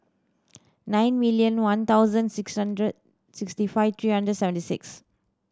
nine million one thousand six hundred sixty five three hundred seventy six